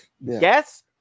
Yes